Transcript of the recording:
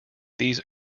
these